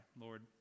Lord